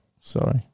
Sorry